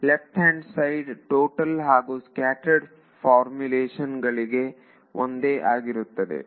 left hand side total ಹಾಗೂ scattered formulation ಗಳಿಗೆ ಒಂದೇ ಆಗಿದೆ